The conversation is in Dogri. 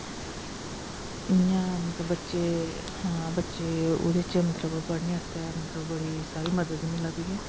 इयां मतलब बच्चे हां बच्चे ओहदे च मतलब पढने आस्ते मतलब बडी सारी मदद मिला दी ऐ